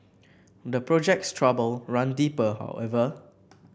the project's trouble run deeper however